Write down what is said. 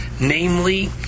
Namely